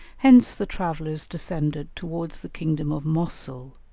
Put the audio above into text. hence the travellers descended towards the kingdom of mosul,